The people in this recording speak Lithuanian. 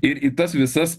ir į tas visas